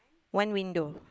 one window